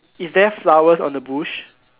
is there flowers on the bush